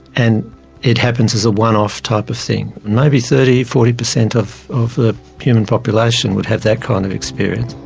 and it happens as a one-off type of thing. maybe thirty, forty per cent of of the human population would have that kind of experience.